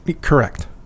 Correct